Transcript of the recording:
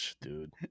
Dude